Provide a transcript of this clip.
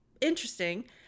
interesting